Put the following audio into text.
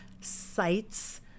sites